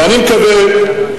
ואני מקווה,